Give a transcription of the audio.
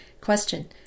Question